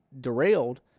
derailed